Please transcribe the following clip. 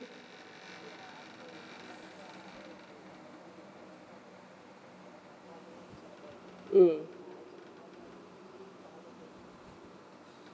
mm